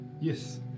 Yes